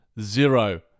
zero